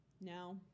now